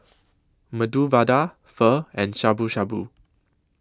Medu Vada Pho and Shabu Shabu